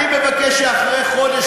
אני מבקש שאחרי חודש,